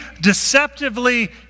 deceptively